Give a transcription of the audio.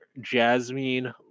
jasmine